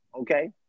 okay